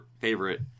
favorite